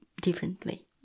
differently